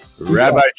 Rabbi